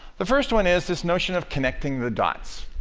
the first one is this notion of connecting the dots.